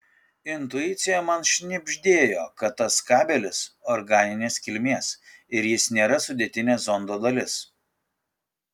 intuicija man šnibždėjo kad tas kabelis organinės kilmės ir jis nėra sudėtinė zondo dalis